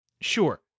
Sure